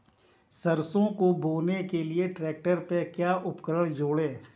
सरसों को बोने के लिये ट्रैक्टर पर क्या उपकरण जोड़ें?